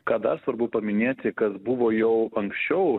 ką dar svarbu paminėti kas buvo jau anksčiau